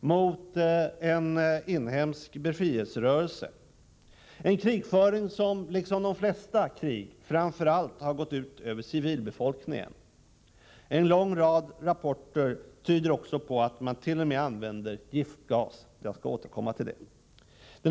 mot en inhemsk befrielserörelse, en krigföring som, liksom de flesta krig, framför allt gått ut över civilbefolkningen. En lång rad rapporter tyder också på att man t.o.m. använder giftgas — jag skall återkomma till det.